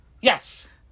Yes